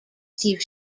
steve